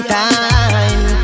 time